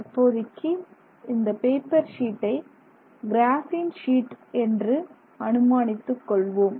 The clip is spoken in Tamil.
தற்போதைக்கு இந்த பேப்பர் ஷீட்டை கிராஃப்பின் ஷீட் என்று அனுமானித்துக் கொள்வோம்